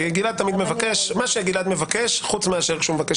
גלעד תמיד מבקש ומה שגלעד מבקש חוץ מאשר שהוא מבקש